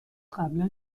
قبلا